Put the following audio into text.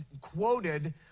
quoted